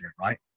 right